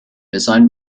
designed